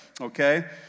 Okay